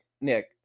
Nick